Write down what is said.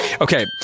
okay